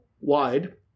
wide